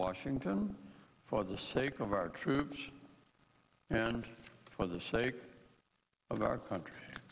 washington for the sake of our troops and for the sake of our country